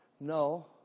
No